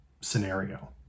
scenario